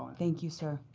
thank you, sir.